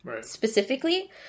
specifically